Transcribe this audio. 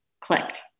clicked